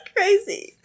Crazy